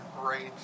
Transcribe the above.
great